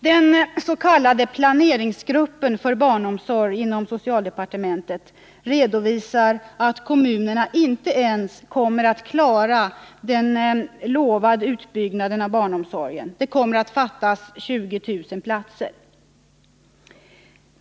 Den s.k. planeringsgruppen för barnomsorg inom socialdepartementet redovisar att kommunerna inte ens kommer att klara den utbyggnad av barnomsorgen som utlovats. Det kommer att fattas 20 000 platser.